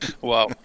Wow